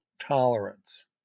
tolerance